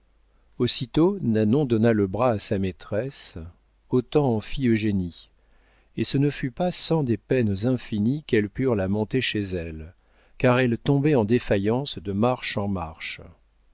aussitôt nanon donna le bras à sa maîtresse autant en fit eugénie et ce ne fut pas sans des peines infinies qu'elles purent la monter chez elle car elle tombait en défaillance de marche en marche